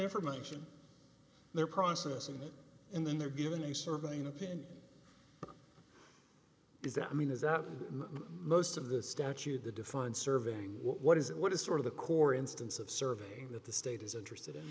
information they're processing it and then they're given a survey an opinion is that i mean is that in most of the statute the define serving what is it what is sort of the core instance of serving that the state is interested in